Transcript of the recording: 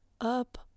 up